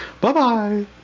Bye-bye